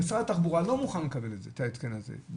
משרד התחבורה לא מוכן לקבל את ההתקן הזה.